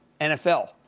NFL